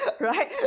Right